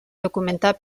documentar